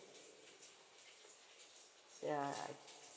ya